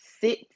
sit